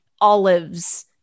olives